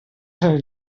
ser